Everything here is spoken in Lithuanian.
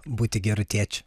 būti geru tėčiu